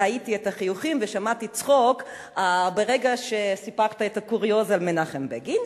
ראיתי את החיוכים ושמעתי צחוק ברגע שסיפרת את הקוריוז על מנחם בגין.